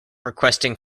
requesting